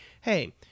hey